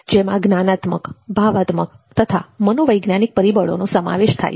જેમાં જ્ઞાનાત્મક ભાવાત્મક તથા મનોવૈજ્ઞાનિક પરિબળોનો સમાવેશ થાય છે